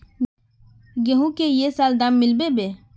गेंहू की ये साल दाम मिलबे बे?